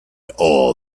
all